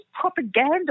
propaganda